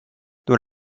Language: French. dont